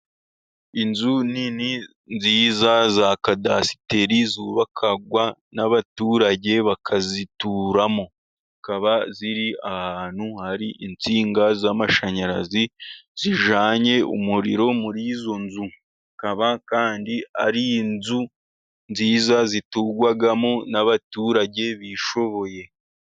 Inzu nini nziza za kadasiteri, zubakwa n'abaturage bakazituramo, zikaba ziri ahantu hari insinga z'amashanyarazi, zijanye umuriro muri izo nzu, zikaba kandi ari inzu nziza ziturwamo n'abaturage bishoboye.